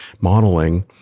modeling